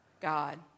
God